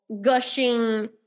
gushing